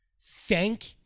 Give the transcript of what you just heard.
Thank